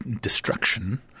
destruction